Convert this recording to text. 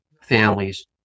families